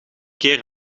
keer